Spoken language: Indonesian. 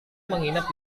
menginap